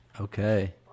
okay